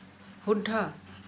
শুদ্ধ